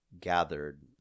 gathered